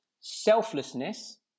selflessness